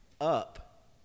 up